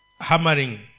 hammering